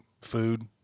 food